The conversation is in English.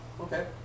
okay